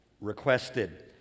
requested